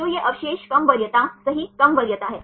तो ये अवशेष कम वरीयता सही कम वरीयता हैं